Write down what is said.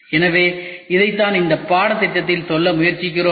எனவே இதைத்தான் இந்த பாடத்திட்டத்தில் சொல்ல முயற்சிக்கிறோம்